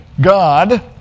God